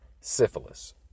syphilis